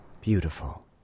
Beautiful